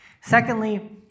Secondly